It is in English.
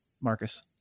Marcus